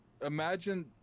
imagine